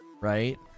right